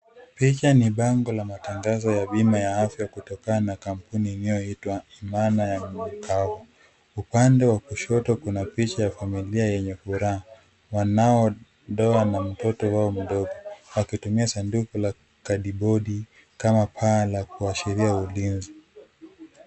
Picha ni bango la matangazo ya bima ya afya kutokana na kampuni inayoitwa Imana ya cover . Upande wa kushoto kuna picha ya familia yenye furaha wanandoa na mtoto wao mdogo wakitumia sanduku la kadibodi kama paa la kuashiria ulinzi.